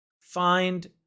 find